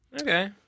Okay